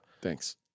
Thanks